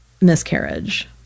miscarriage